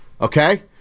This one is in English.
Okay